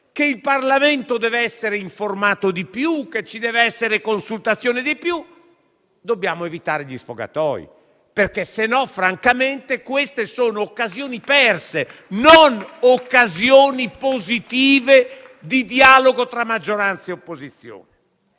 che il Parlamento deve essere informato di più, che ci deve essere più consultazione, dobbiamo evitare gli sfogatoi, perché altrimenti francamente queste sono occasioni perse e non occasioni positive di dialogo tra maggioranza e opposizione.